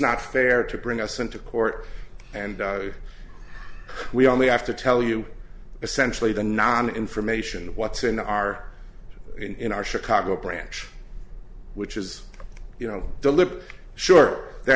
not fair to bring us into court and we only have to tell you essentially the non information what's in our in our chicago branch which is you know philip sure they're